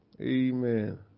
Amen